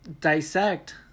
dissect